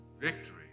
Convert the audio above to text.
Victory